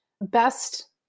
best